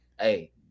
Hey